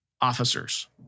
officers